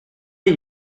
est